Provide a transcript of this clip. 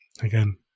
Again